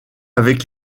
avec